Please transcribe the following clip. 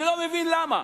אני לא מבין למה.